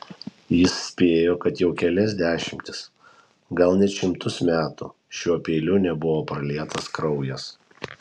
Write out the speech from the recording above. jis spėjo kad jau kelias dešimtis gal net šimtus metų šiuo peiliu nebuvo pralietas kraujas